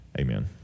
Amen